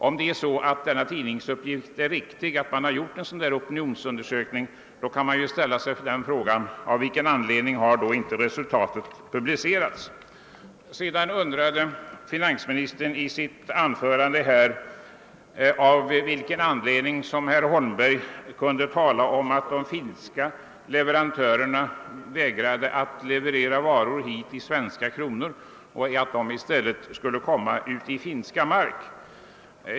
Om det är riktigt att det gjorts en sådan opinionsundersökning, har man anledning att fråga: Av vilken anledning har inte resultatet publicerats? Finansministern undrade av vilken anledning herr Holmberg kunde säga att de finska leverantörerna vägrade att offerera i svenska kronor utan i stället gjorde det i finska mark.